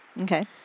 Okay